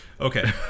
Okay